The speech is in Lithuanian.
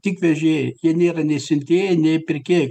tik vežėjai jie nėra nei siuntėjai nei pirkėjai